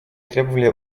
требовали